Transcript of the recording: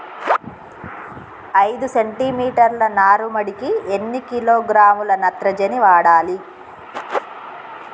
ఐదు సెంటిమీటర్ల నారుమడికి ఎన్ని కిలోగ్రాముల నత్రజని వాడాలి?